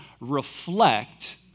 reflect